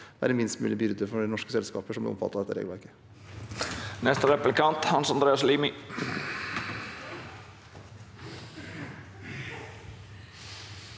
det være minst mulig byrde for de norske selskapene som blir omfattet av dette regelverket.